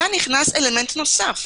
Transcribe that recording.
פה נכנס אלמנט נוסף: